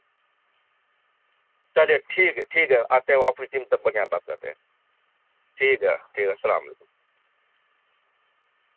چلیے ٹھیک ہے ٹھیک ہے آتے ہیں وہ اپنی ٹیم تک بڑھیا بات کرتے ہیں ٹھیک ہے ٹھیک ہے السّلام علیکم